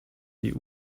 die